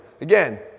Again